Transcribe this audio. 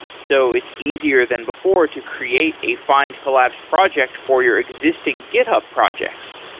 so it's easier than before to create a findcollabs projects for your existing github projects.